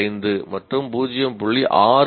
625 மற்றும் 0